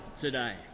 today